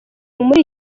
muri